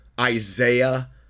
Isaiah